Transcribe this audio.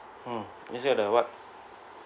mm let's say the what